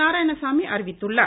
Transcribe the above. நாராயணசாமி அறிவித்துள்ளார்